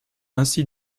ainsi